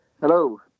Hello